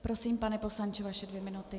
Prosím, pane poslance, vaše dvě minuty.